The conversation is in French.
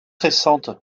récente